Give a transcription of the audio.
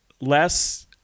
less